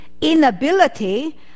inability